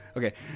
Okay